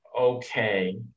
okay